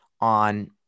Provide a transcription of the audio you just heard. on